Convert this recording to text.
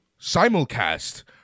simulcast